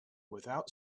without